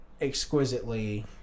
exquisitely